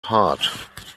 heart